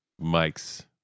Mike's